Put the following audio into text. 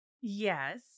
yes